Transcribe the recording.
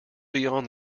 beyond